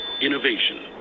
Innovation